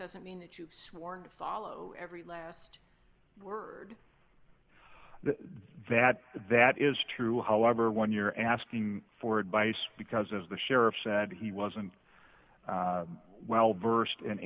doesn't mean that you've sworn to follow every last word they had that is true however when you're asking for advice because as the sheriff said he wasn't well versed in